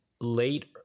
late